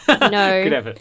No